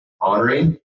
honoring